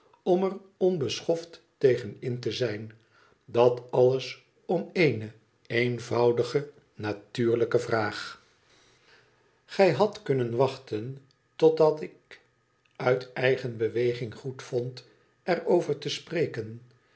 om er onbeschoft tegen in te zijn idat alles om ééne eenvoudige natuurlijke vraag gij hadt kunnen wachten totdat ik uit eigen beweging goedvond er over te spreken